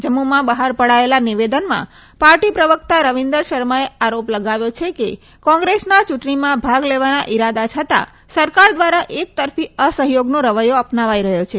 જમ્મુમાં બહાર પડાયેલા નિવેદનમાં પાર્ટી પ્રવક્ત રવિન્દર શર્માએ આરોપ લગાવ્યો છે કે કોંગ્રેસના યૂંટણીમાં ભાગ લેવાના ઇરાદા છતાં સરકા દ્વારા એકતરફી અસહયોગનો રવૈથો અપનાવાઈ રહ્યો છે